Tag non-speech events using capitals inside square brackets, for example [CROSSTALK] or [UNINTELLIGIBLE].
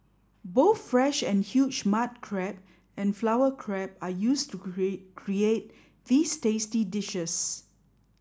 both fresh and huge mud crab and flower crab are used to [UNINTELLIGIBLE] create these tasty dishes